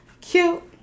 cute